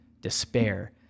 despair